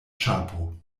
ĉapo